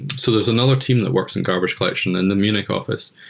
so there's another team that works in garbage collection in the munich offi ce.